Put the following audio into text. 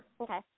Okay